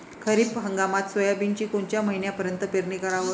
खरीप हंगामात सोयाबीनची कोनच्या महिन्यापर्यंत पेरनी कराव?